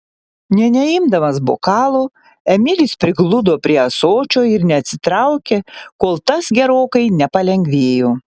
nė neimdamas bokalo emilis prigludo prie ąsočio ir neatsitraukė kol tas gerokai nepalengvėjo